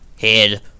Head